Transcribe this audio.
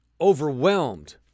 overwhelmed